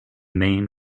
main